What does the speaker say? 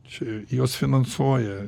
čia juos finansuoja